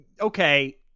Okay